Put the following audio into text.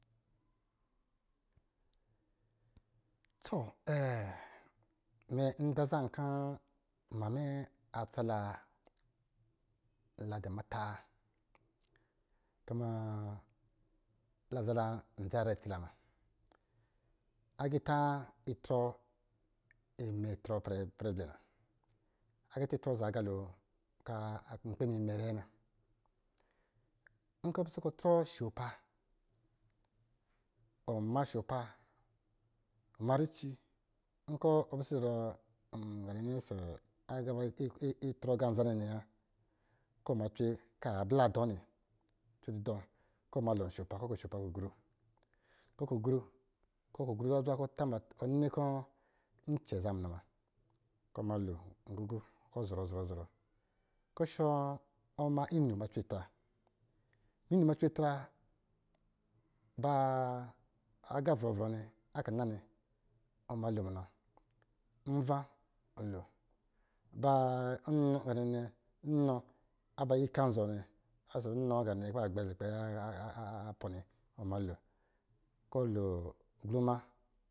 Toh nda zaa nkɔ̄ nma mɛ atsa la, la dɔ̄ muta wa, kuma la zala, ndza nyɛnyra itsi la una, aguta itrɔ imɛ, mɛ trɔ ipɛrɛ blɛ na, agita itrɔ akpɛ za agalo kɔ̄ nkpɛ mimɛrɛ na nkɔ̄ ɔ dɔ̄ pisɛ kɔ̄ trɔ shɔpa wɔ ma shɔpa, ma rici, nkɔ pisɛ izɔrɔ nnɛ ɔsɔ̄ aga ba itrɔ aga an zannɛ nnɛ wa, kɔ̄ macwɛ kɔ̄ abla dɔ̄ nnɛ, cwe dudɔ kɔma lo nshopa kɔ̄ gɔ shopa gɔ gru, kɔ̄ gɔ gru zuzwa kɔ̄ nini kɔ̄ ncɛ za munɔ muna kɔ̄ ɔ ma lo ngugu kɔ̄ zɔrɔ. Zɔrɔ, kɔ̄ ɔshɔ, kɔ̄ ma inu ma cwe tra, inu ma cwe tra, ba aga krɔvrɔ akina nnɛ ɔ ma lo munɔ, iva ɔhɔ ba nɔ, ga nnɛ nnɔ ankzɔ nnɛ, lukpɛ apɔ nnɛ wɔ ma lo kɔ̄ lo ghu ma